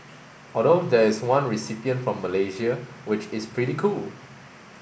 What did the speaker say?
although there is one recipient from Malaysia which is pretty cool